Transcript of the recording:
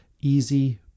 easy